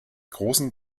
großen